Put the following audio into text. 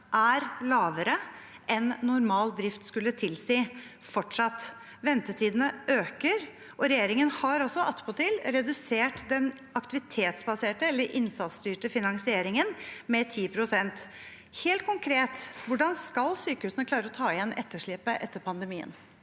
er lavere enn normal drift skulle tilsi. Ventetidene øker, og regjeringen har attpåtil redusert den aktivitetsbaserte eller innsatsstyrte finansieringen med 10 pst. Helt konkret: Hvordan skal sykehusene klare å ta igjen etterslepet etter pandemien?